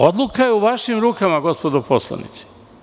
Odluka je u vašim rukama gospodo poslanici.